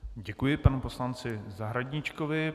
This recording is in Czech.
Děkuji panu poslanci Zahradníčkovi.